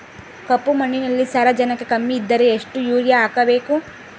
ಕಪ್ಪು ಮಣ್ಣಿನಲ್ಲಿ ಸಾರಜನಕ ಕಮ್ಮಿ ಇದ್ದರೆ ಎಷ್ಟು ಯೂರಿಯಾ ಹಾಕಬೇಕು?